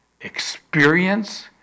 experience